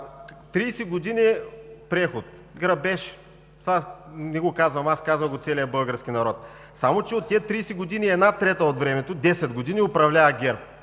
години преход, грабеж. Това не го казвам аз, казва го целият български народ. Само че от тези 30 години една трета от времето – 10 години, управлява ГЕРБ.